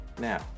now